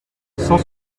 cent